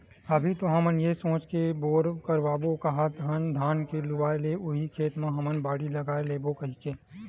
अभी तो हमन ये सोच के बोर करवाबो काहत हन धान के लुवाय ले उही खेत म हमन बाड़ी लगा लेबो कहिके